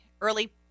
early